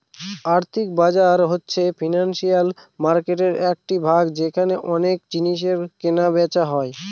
আর্থিক বাজার হচ্ছে ফিনান্সিয়াল মার্কেটের একটি ভাগ যেখানে অনেক জিনিসের কেনা বেচা হয়